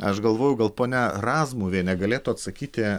aš galvoju gal ponia razmuvienė galėtų atsakyti